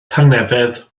tangnefedd